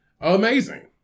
amazing